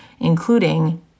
including